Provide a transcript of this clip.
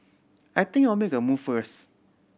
I think I'll make a move first